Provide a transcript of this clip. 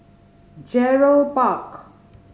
Gerald Park